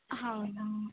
ಹೌದಾ